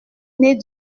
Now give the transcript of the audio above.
nez